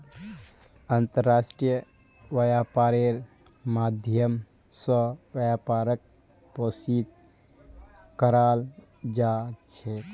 अन्तर्राष्ट्रीय व्यापारेर माध्यम स व्यापारक पोषित कराल जा छेक